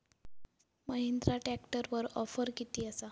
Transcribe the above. महिंद्रा ट्रॅकटरवर ऑफर किती आसा?